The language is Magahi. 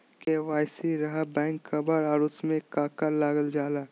के.वाई.सी रहा बैक कवर और उसमें का का लागल जाला?